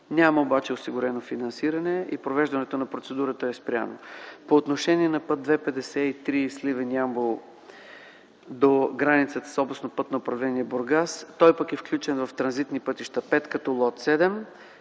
няма осигурено финансиране и провеждането на процедурата е спряно. По отношение на път ІІ-53 Сливен–Ямбол до границата с Областно пътно управление – Бургас. Той е включен в Транзитни пътища V, като лот 7.